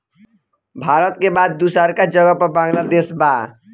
भारत के बाद दूसरका जगह पर बांग्लादेश बा